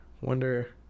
Wonder